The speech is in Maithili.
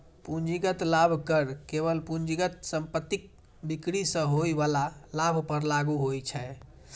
पूंजीगत लाभ कर केवल पूंजीगत संपत्तिक बिक्री सं होइ बला लाभ पर लागू होइ छै